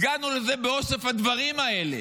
הגענו לזה באוסף הדברים האלה.